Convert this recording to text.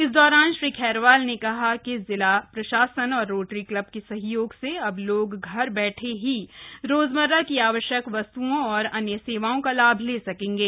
इस दौरान श्री खैरवाल ने कहा जिला प्रशासन और रोटरी क्लब के सहयोग से अब लोग घर बैठे ही रोजमर्रा की आवश्यक वस्तुओं और अन्य सेवाओं का लाभ ले सकेगें